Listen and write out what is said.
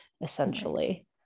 essentially